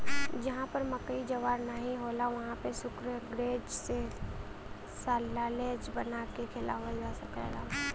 जहां पर मकई ज्वार नाहीं होला वहां पे शुगरग्रेज के साल्लेज बना के खियावल जा सकला